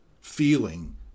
feeling